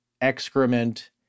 excrement